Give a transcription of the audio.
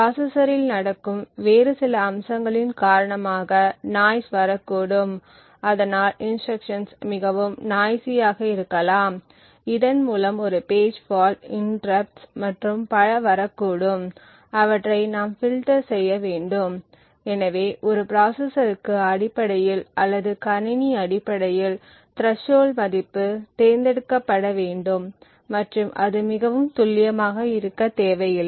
ப்ராசசரில் நடக்கும் வேறு சில அம்சங்களின் காரணமாக நாய்ஸ் வரக்கூடும் அதனால் இன்ஸ்ட்ருக்ஷன்ஸ் மிகவும் நாய்ஸ்சி ஆக இருக்கலாம் இதன் மூலம் ஒரு பேஜ் ஃபால்ட் இன்டெர்ருப்ட்ஸ் மற்றும் பல வரக்கூடும் அவற்றை நாம் பில்டர் செய்ய வேண்டும் எனவே ஒரு ப்ராசசருக்கு அடிப்படையில் அல்லது கணினி அடிப்படையில் த்ரெஸ்ஷோல்ட மதிப்பு தேர்ந்தெடுக்கப்பட வேண்டும் மற்றும் அது மிகவும் துல்லியமாக இருக்க தேவையில்லை